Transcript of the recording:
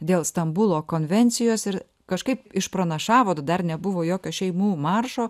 dėl stambulo konvencijos ir kažkaip išpranašavot dar nebuvo jokio šeimų maršo